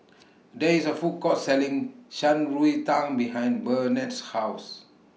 There IS A Food Court Selling Shan Rui Tang behind Burnett's House